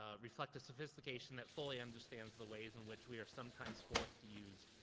ah reflect a sophistication that fully understands the ways in which we are sometimes forced to use,